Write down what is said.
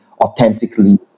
authentically